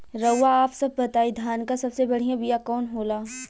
रउआ आप सब बताई धान क सबसे बढ़ियां बिया कवन होला?